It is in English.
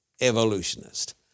evolutionist